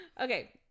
Okay